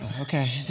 Okay